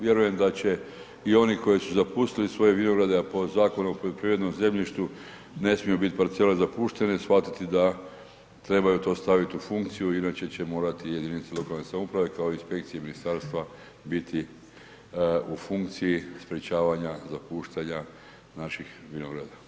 Vjerujem da će i oni koji su zapustili svoje vinograde a po Zakonu o poljoprivrednom zemljištu ne smiju biti parcele zapuštene, shvatiti da trebaju to staviti u funkciju inače će morati jedinice lokalne samouprave kao i inspekcije ministarstva biti u funkciji sprječavanja zapuštanja naših vinograda.